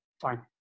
Fine